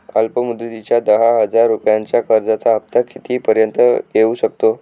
अल्प मुदतीच्या दहा हजार रुपयांच्या कर्जाचा हफ्ता किती पर्यंत येवू शकतो?